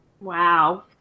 Wow